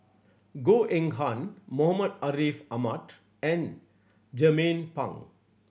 Goh Eng Han Muhammad Ariff Ahmad and Jernnine Pang